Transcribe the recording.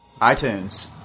iTunes